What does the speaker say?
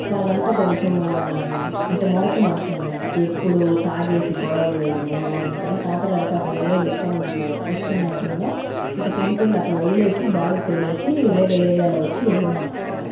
వాళ్ళంత కొంచము అంటే మొరటు మనుషులన్నమాట ఎప్పుడు తాగేసి గొడవలు వేయడము అందుకని తాతగారికి అక్కడ ఉండేది ఇష్టము లేదు ఇష్టం లేకుండా ఇంకా సొంతిల్లు అక్కడ వదిలేసి బాడుకోదిలేసి వేరే ఏరియాలో వచ్చి ఉంటున్నాం అన్మాట